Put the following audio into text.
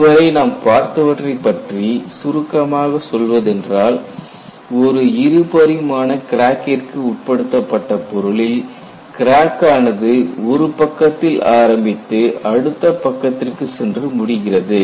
இதுவரை நாம் பார்த்தவற்றை பற்றி சுருக்கமாக சொல்வதென்றால் ஒரு இரு பரிமாண கிராக்கிற்கு உட்படுத்தப்பட்ட பொருளில் கிராக்கானது ஒருபக்கத்தில் ஆரம்பித்து அடுத்த பக்கத்திற்கு சென்று முடிகிறது